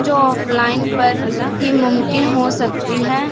جو offline پر ہی ممکن ہوسکتی ہیں